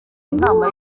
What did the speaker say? inama